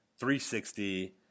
360